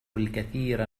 الكثير